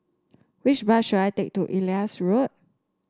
which bus should I take to Elias Road